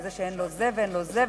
וזה שאין לו זה ואין לו זה,